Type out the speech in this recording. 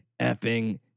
effing